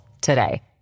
today